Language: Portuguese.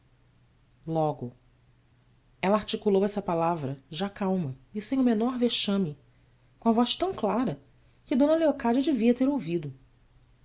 logo ela articulou essa palavra já calma e sem o menor vexame com a voz tão clara que d leocádia devia ter ouvido